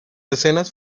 escenas